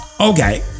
okay